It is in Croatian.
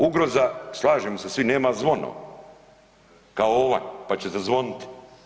Ugroza slažemo se svi nema zvono kao ovan pa će zazvoniti.